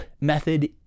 method